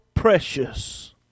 precious